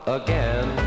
again